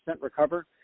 recover